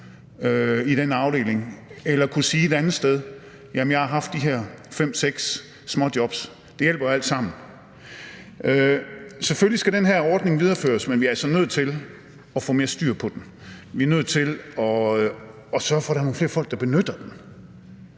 i den afdeling eller at kunne sige et andet sted, at man har haft de her fem-seks småjobs. Det hjælper alt sammen. Selvfølgelig skal den her ordning videreføres, men vi er altså nødt til at få mere styr på den. Vi er nødt til at sørge for, at der er nogle flere folk, der benytter den.